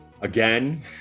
again